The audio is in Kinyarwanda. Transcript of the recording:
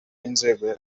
y’inzego